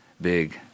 big